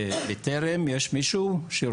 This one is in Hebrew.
נציג בטרם בבקשה.